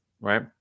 right